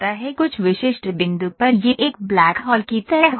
कुछ विशिष्ट बिंदु पर यह एक ब्लैक होल की तरह होता है